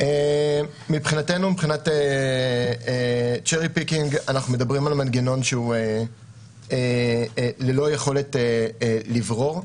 מבחינת cherry picking אנחנו מדברים על מנגנון שהוא ללא יכולת לברור.